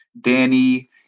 Danny